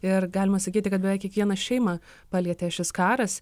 ir galima sakyti kad beveik kiekvieną šeimą palietė šis karas